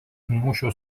mūšio